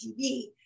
TV